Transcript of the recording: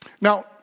Now